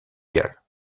galles